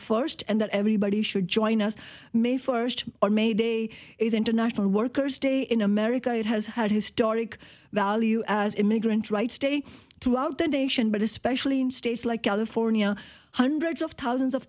first and that everybody should join us may first or may day is international workers day in america it has had historic value as immigrant rights day throughout the nation but especially in states like california hundreds of thousands of